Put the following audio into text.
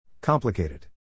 Complicated